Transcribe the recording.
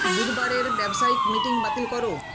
বুধবারের ব্যবসায়িক মিটিং বাতিল করো